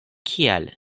kial